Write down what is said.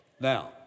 Now